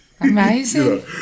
amazing